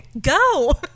Go